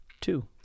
two